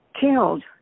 killed